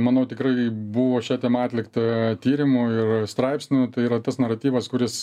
manau tikrai buvo šia tema atlikta tyrimų ir straipsnių tai yra tas naratyvas kuris